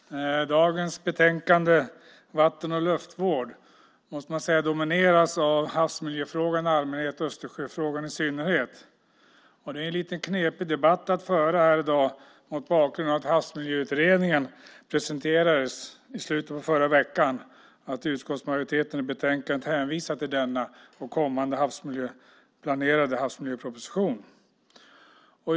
Herr talman! Dagens betänkande Vatten och luftvård måste sägas domineras av havsmiljöfrågan i allmänhet och Östersjöfrågan i synnerhet. Det är ju en lite knepig debatt att föra i dag mot bakgrund av att Havsmiljöutredningen presenterades i slutet på förra veckan och att utskottsmajoriteten i betänkandet hänvisar till denna och kommande planerade havsmiljöproposition.